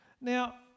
Now